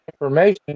information